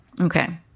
Okay